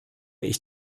ich